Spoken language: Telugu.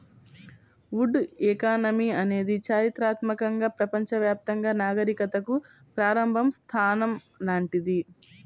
వుడ్ ఎకానమీ అనేది చారిత్రాత్మకంగా ప్రపంచవ్యాప్తంగా నాగరికతలకు ప్రారంభ స్థానం లాంటిది